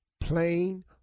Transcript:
Plain